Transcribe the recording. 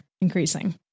Increasing